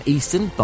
Eastern